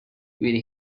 with